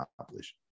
accomplish